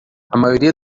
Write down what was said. maioria